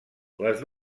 les